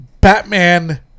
Batman